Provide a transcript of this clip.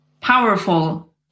powerful